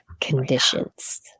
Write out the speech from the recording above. conditions